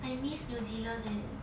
I miss new zealand leh